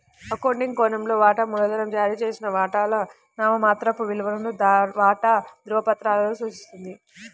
accounting కోణంలో, వాటా మూలధనం జారీ చేసిన వాటాల నామమాత్రపు విలువను వాటా ధృవపత్రాలలో సూచిస్తుంది